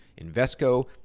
Invesco